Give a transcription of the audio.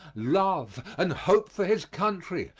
love and hope for his country,